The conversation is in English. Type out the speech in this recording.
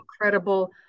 incredible